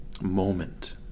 moment